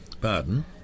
Pardon